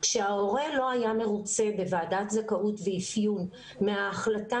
כשההורה לא היה מרוצה בוועדת זכאות ואפיון מההחלטה